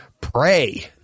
Pray